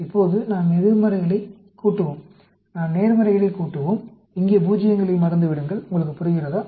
இப்போது நாம் எதிர்மறைகளைக் கூட்டுவோம் நாம் நேர்மறைகளைக் கூட்டுவோம் இங்கே பூஜ்ஜியங்களை மறந்து விடுங்கள் உங்களுக்கு புரிகிறதா